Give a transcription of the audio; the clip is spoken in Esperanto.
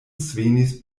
svenis